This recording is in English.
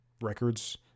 records